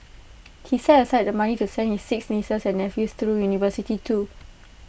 he set aside the money to send his six nieces and nephews through university too